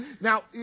Now